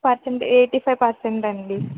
percent eighty five percent అండి